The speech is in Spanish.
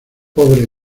pobre